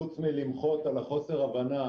חוץ מלמחות על חוסר ההבנה